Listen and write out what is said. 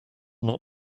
not